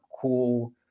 cool